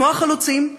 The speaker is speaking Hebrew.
כמו החלוצים,